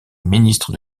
ministre